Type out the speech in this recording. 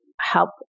help